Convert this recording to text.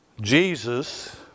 Jesus